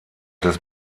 des